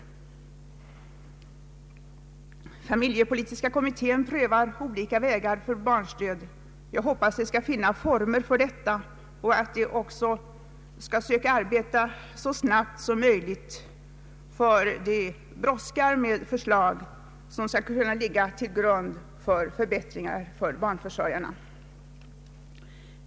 Familjepolitiska kommittén prövar olika vägar för barnstöd. Jag hoppas den skall finna former för detta och att den skall söka arbeta så snabbt som möjligt, ty det brådskar med förslag som skall kunna ligga till grund för förbättringar åt barnförsörjarna.